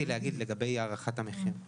בוודאי, יש נתונים בחתכים מדויקים לכל מוסד ומוסד.